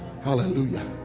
Hallelujah